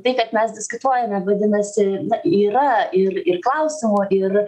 tai kad mes diskutuojame vadinasi yra ir ir klausimų ir